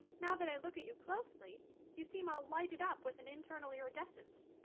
now that i look at you closely you seem all lighted up with an internal iridescence.